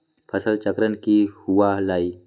फसल चक्रण की हुआ लाई?